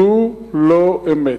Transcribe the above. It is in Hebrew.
זו לא אמת.